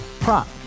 Prop